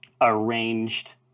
arranged